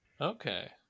okay